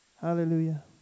Hallelujah